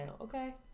okay